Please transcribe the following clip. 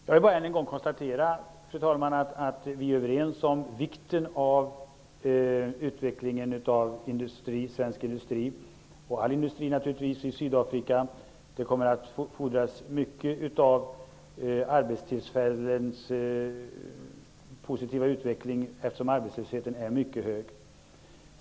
Jag vill bara än en gång konstatera att vi är överens om vikten av utvecklingen av svensk industri, ja, naturligtvis all industri i Sydafrika. Det kommer att fordras mycket positiv utveckling av arbetstillfällen, eftersom arbetslösheten är mycket hög.